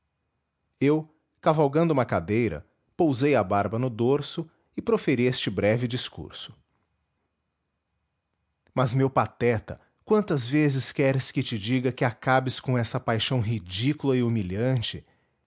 eu cavalgando uma cadeira pousei a barba no dorso e proferi este breve discurso mas meu pateta quantas vezes queres que te diga que acabes com essa paixão ridícula e humilhante